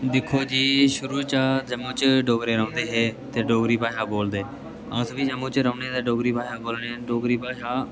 दिक्खो जी शुरू चा जम्मू च डोगरे रौंह्दे हे ते डोगरी भाशा बोलदे हे अस बी जम्मू च रौह्न्नें ते डोगरी भाशा बोलने डोगरी भाशा